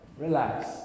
relax